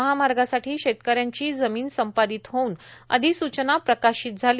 महामार्गासाठी शेतकऱ्यांची जमीन संपादीत होऊन अधिसूचना प्रकाशित झाली